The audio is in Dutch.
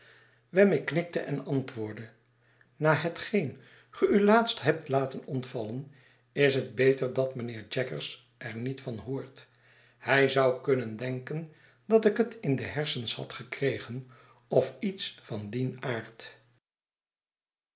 wemmick knikte en antwoordde na hetgeen ge u laatst hebt laten ontvallen is het beter dat mijnheer jaggers er niet van hoort hij zou kunnen denken dat ik het in de hersens had gekregen of iets van dien aard